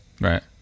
Right